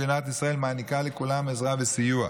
מדינת ישראל מעניקה לכולם עזרה וסיוע.